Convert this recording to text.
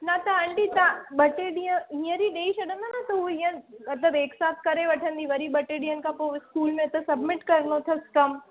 न त आंटी तव्हां ॿ टे ॾींहं हींअर ई ॾेई छॾियो न त हूअं हींअर मतलबु हिकु साथ करे वठंदी वरी ॿ टे ॾींहंनि खां पोइ स्कूल में त सब्मिट करिणो अथसि कमु